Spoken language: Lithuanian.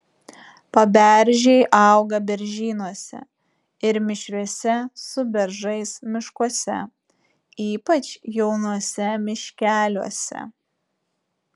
paberžiai auga beržynuose ir mišriuose su beržais miškuose ypač jaunuose miškeliuose